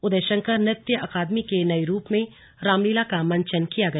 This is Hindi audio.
उदयशंकर नृत्य अकादमी में नये रूप में रामलीला का मंचन किया गया